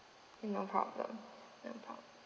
no problem no problem